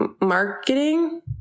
Marketing